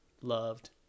loved